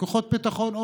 בכוחות ביטחון,